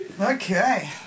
okay